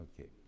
Okay